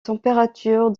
température